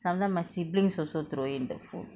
sometimes my sibilings also throw in the food